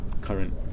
current